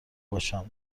باشم